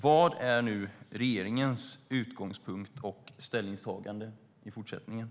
Vad är nu regeringens utgångspunkt och ställningstagande inför fortsättningen?